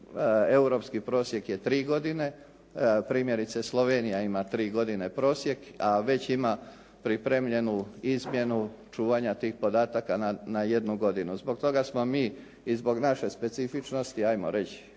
europski prosjek je tri godine. Primjerice, Slovenija ima tri godine prosjek a već ima pripremljenu izmjenu čuvanja tih podataka na jednu godinu. Zbog toga smo mi i zbog naše specifičnosti, ajmo reći